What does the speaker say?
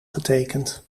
getekend